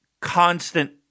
constant